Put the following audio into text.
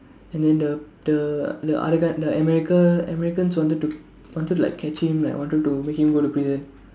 and then the the the other guy the America Americans wanted to wanted to like catch him like wanted to make him go to prison